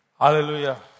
Hallelujah